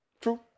True